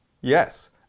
Yes